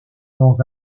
dans